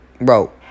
bro